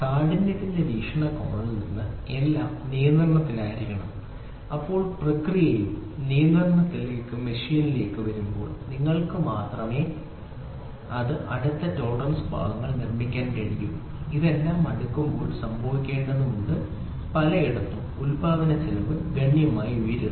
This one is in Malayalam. കാഠിന്യത്തിന്റെ വീക്ഷണകോണിൽ നിന്ന് എല്ലാം നിയന്ത്രണത്തിലായിരിക്കണം അപ്പോൾ പ്രക്രിയയും നിയന്ത്രണത്തിലുള്ള ഒരു മെഷീനിലേക്ക് വരുമ്പോൾ നിങ്ങൾക്ക് മാത്രമേ നിങ്ങൾക്ക് വളരെ അടുത്ത ടോളറൻസ് പരിധി ഭാഗങ്ങൾ നിർമ്മിക്കാൻ കഴിയൂ ഇതെല്ലാം അടുക്കുമ്പോൾ സംഭവിക്കേണ്ടതുണ്ട് പലയിടത്തും ഉൽപാദനച്ചെലവ് ഗണ്യമായി ഉയരുന്നു